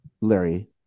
Larry